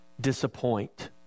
disappoint